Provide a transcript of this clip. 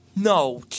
No